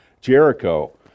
Jericho